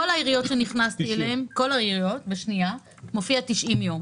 בכל העיריות מופיע 90 ימים.